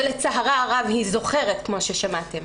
ולצערה הרב, היא זוכרת, כמו ששמעתם.